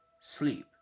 Sleep